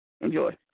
Enjoy